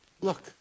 look